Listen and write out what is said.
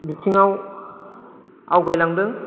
बिथिङाव आवगायलांदों